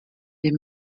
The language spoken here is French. des